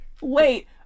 wait